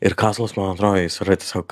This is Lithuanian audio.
ir kazlas mano atro jis yra tiesiog